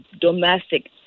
domestic